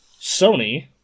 Sony